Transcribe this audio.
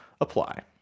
apply